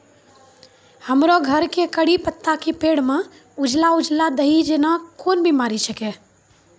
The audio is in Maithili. हमरो घर के कढ़ी पत्ता के पेड़ म उजला उजला दही जेना कोन बिमारी छेकै?